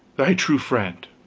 thy true friend.